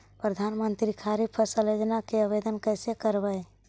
प्रधानमंत्री खारिफ फ़सल योजना के लिए आवेदन कैसे करबइ?